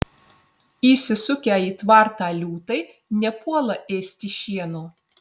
įsisukę į tvartą liūtai nepuola ėsti šieno